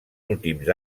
últims